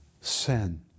sin